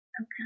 Okay